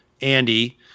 Andy